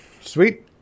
Sweet